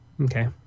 Okay